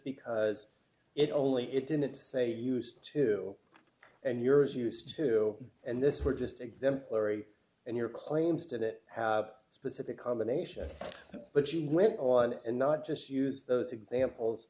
because it only it didn't say used to and yours used to and this were just exemplary and your claims did it have a specific combination but she went on and not just use those examples